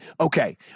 Okay